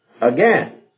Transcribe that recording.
again